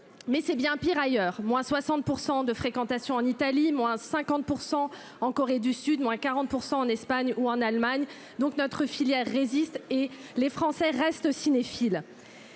mais c'est bien pire ailleurs moins 60 % de fréquentation en Italie moins cinquante pour cent, en Corée du Sud, moins 40 pour % en Espagne ou en Allemagne, donc notre filière résiste et les Français restent cinéphile.